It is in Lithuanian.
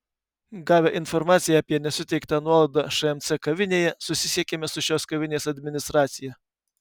gavę informaciją apie nesuteiktą nuolaidą šmc kavinėje susisiekėme su šios kavinės administracija